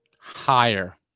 higher